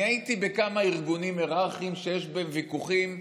אני הייתי בכמה ארגונים היררכיים שיש בהם ויכוחים,